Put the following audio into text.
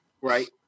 right